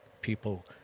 people